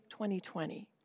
2020